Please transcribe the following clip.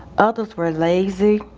others were lazy,